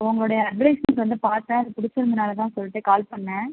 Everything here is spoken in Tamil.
உங்களோடய அட்வடைஸ்மெண்ட் வந்து பார்த்தேன் அது பிடிச்சிருந்ததுனால தான் சொல்லிட்டு கால் பண்ணிணேன்